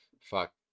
Fuck